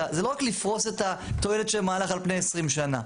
זה לא רק לפרוש את התועלת של מהלך על פני 20 שנה,